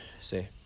say